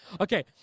Okay